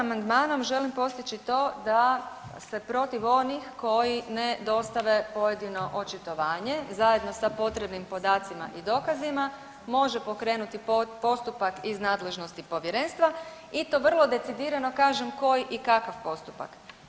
Ovim amandmanom želim postići to da se protiv onih koji ne dostave pojedino očitovanje zajedno sa potrebnim podacima i dokazima može pokrenuti postupak iz nadležnosti Povjerenstva i to vrlo decidirano kažem koji i kakav postupak.